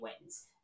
wins